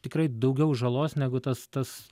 tikrai daugiau žalos negu tas tas